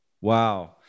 Wow